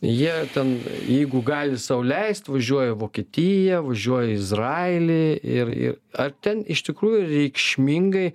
jie ten jeigu gali sau leist važiuoja vokietiją važiuoja į izraelį ir ir ar ten iš tikrųjų reikšmingai